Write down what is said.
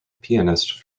pianist